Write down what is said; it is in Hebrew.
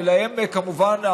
וכמובן,